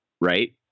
right